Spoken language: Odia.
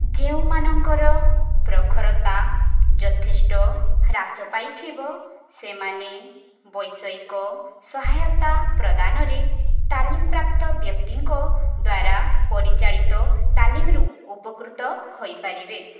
ଯେଉଁମାନଙ୍କର ପ୍ରଖରତା ଯଥେଷ୍ଟ ହ୍ରାସ ପାଇଥିବ ସେମାନେ ବୈଷୟିକ ସହାୟତା ପ୍ରଦାନରେ ତାଲିମ ପ୍ରାପ୍ତ ବ୍ୟକ୍ତିଙ୍କ ଦ୍ୱାରା ପରିଚାଳିତ ତାଲିମରୁ ଉପକୃତ ହୋଇପାରିବେ